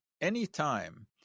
Anytime